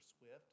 Swift